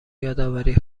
یادآوری